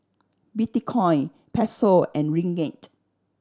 Bitcoin Peso and Ringgit